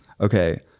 okay